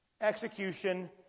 execution